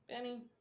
Benny